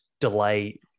delay